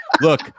Look